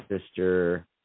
sister